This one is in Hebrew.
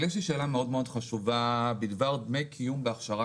יש לי שאלה מאוד חשובה בדבר דמי קיום בהכשרה